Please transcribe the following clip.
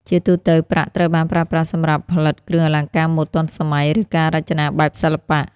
ជាទូទៅ ប្រាក់ត្រូវបានប្រើប្រាស់សម្រាប់ផលិតគ្រឿងអលង្ការម៉ូដទាន់សម័យ ឬការរចនាបែបសិល្បៈ។